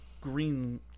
green